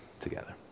together